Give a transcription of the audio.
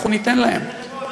אנחנו ניתן להם.